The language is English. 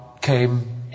came